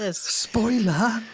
Spoiler